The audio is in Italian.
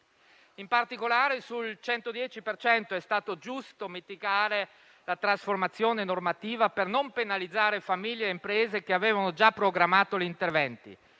In particolare sul 110 per cento è stato giusto mitigare la trasformazione normativa, per non penalizzare famiglie e imprese che avevano già programmato gli interventi.